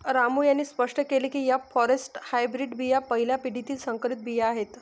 रामू यांनी स्पष्ट केले की एफ फॉरेस्ट हायब्रीड बिया पहिल्या पिढीतील संकरित बिया आहेत